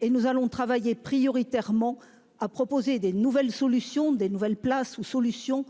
et nous allons travailler prioritairement à proposer des nouvelles solutions des nouvelles places ou solution